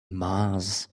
mars